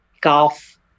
golf